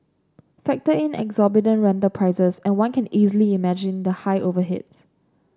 factor in exorbitant rental prices and one can easily imagine the high overheads